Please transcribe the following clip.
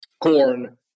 corn